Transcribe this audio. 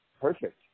perfect